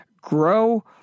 grow